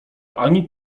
ani